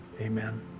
Amen